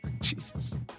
Jesus